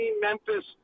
Memphis